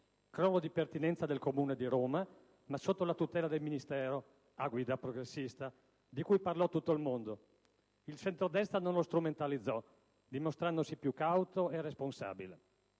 crollo di pertinenza del Comune di Roma ma sotto la tutela del Ministero (a guida progressista), di cui parlò tutto il mondo e che il centrodestra non strumentalizzò, dimostrandosi più cauto e responsabile.